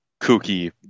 kooky